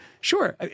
Sure